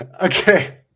Okay